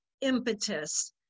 impetus